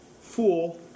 fool